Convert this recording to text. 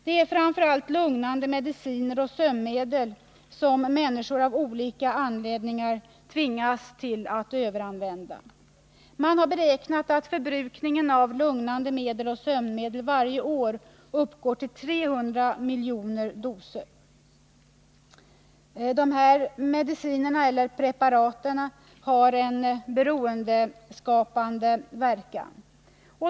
Det är framför allt lugnande mediciner och sömnmedel som människor av olika anledningar tvingas att överanvända. Man har beräknat att förbrukningen av lugnande medel och sömnmedel varje år uppgår till 300 miljoner doser. Dessa mediciner eller preparat har en beroendeskapande verkan.